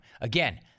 Again